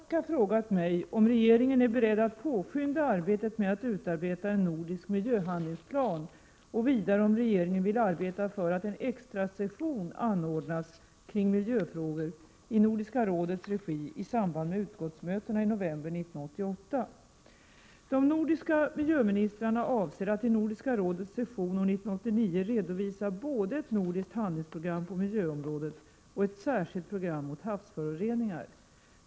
Herr talman! Gunnar Björk har frågat mig om regeringen är beredd att påskynda arbetet med att utarbeta en nordisk miljöhandlingsplan och vidare om regeringen vill arbeta för att en ”extrasession” anordnas kring miljöfrågor i Nordiska rådets regi i samband med utskottsmötena i november 1988. De nordiska miljöministrarna avser att till Nordiska rådets session år 1989 redovisa både ett nordiskt handlingsprogram på miljöområdet och ett särskilt program mot havsföroreningar.